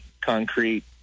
concrete